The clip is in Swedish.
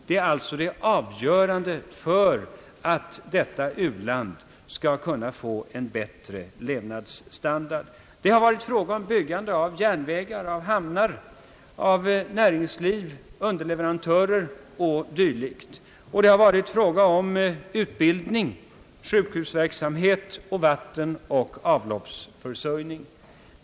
Lamco har alltså haft avgörande betydelse för att detta u-land skulle få en bättre levnadsstandard. Det har varit fråga om byggande av järnvägar och hamnar, grundande av företag inom näringslivet — underleverantörer o. d. — och det har varit fråga om utbildning, sjukhusverksamhet samt vattenoch avloppsförsörjning.